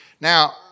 Now